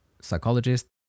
psychologist